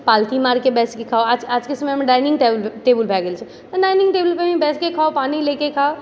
पालथी मारके बैसके खाउ आजके समयमे डाइनिंग टेबुल भए गेल छै तऽ डाइनिंग टेबुल पे ही बैसके खाउ पानि लेके खाउ